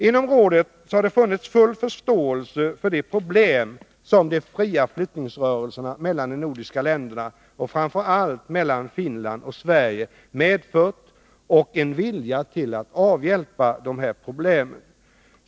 Inom rådet har det funnits full förståelse för de problem som de fria flyttningsrörelserna mellan de nordiska länderna och framför allt mellan Finland och Sverige medfört och en vilja till att avhjälpa dessa.